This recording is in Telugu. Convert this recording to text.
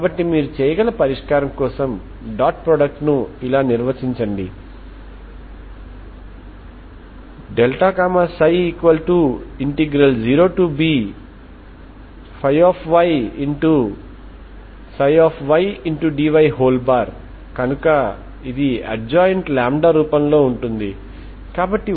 కాబట్టి ఇది కూడా ఒక పరిష్కారం ఈ సిరీస్ ఏకరీతిగా కన్వర్జెంట్ అయితే మాత్రమే అంటే వాస్తవానికి ఇనీషియల్ కండిషన్ అప్లై చేయడం ద్వారా ఈ సిరీస్ ఏకరీతిగా కన్వర్జెంట్ అని చూపవచ్చు సరేనా